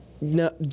No